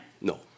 No